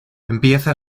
empieza